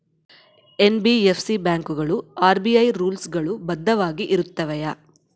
NBFC ಬ್ಯಾಂಕುಗಳು RBI rules ಗಳು ಬದ್ಧವಾಗಿ ಇರುತ್ತವೆಯ?